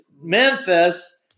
Memphis